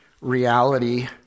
reality